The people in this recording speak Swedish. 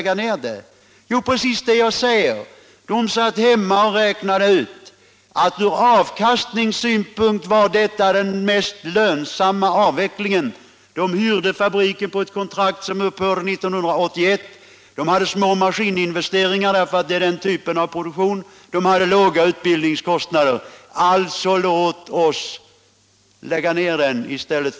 Jo, precis det jag säger: Företagsledningen räknade ut att från avkastningssynpunkt var avveckling det mest lönsamma. Man hyr fabriken på ett kontrakt som upphör 1981, man har små maskininvesteringar därför att det är den typen av produktion, och man har låga utbildningskostnader. Alltså, sade man, låt oss lägga ned fabriken.